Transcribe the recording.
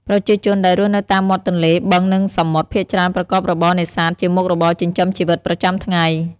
ប្រជាជនដែលរស់នៅតាមមាត់ទន្លេ បឹង និងសមុទ្រ ភាគច្រើនប្រកបរបរនេសាទជាមុខរបរចិញ្ចឹមជីវិតប្រចាំថ្ងៃ។